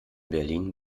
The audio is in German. berlin